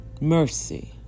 mercy